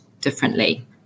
differently